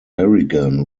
berrigan